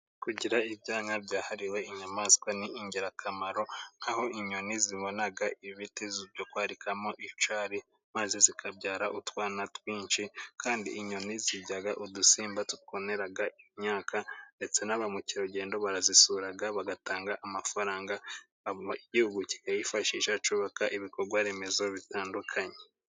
Kugira ibyanya byahariwe inyamaswa ni ingirakamaro, nk'aho inyoni zibona ibiti zikarikamo icyari, maze zikabyara utwana twinshi kandi inyoni zirya udusimba tutwonera imyaka ndetse na ba mukerarugendo barazisura bagatanga amafaranga, Igihugu kikayifashisha cyubaka ibikorwaremezo bitandukanye.